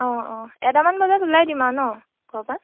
অঁ অঁ এটামান বজাত ওলাই দিম আৰু ন ঘৰৰপা